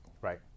right